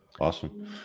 Awesome